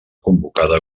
convocada